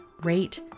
rate